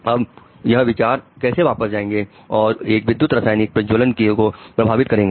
अब यह विचार कैसे वापस जाएगा और एस विद्युत रासायनिक प्रज्वलन को प्रभावित करेगा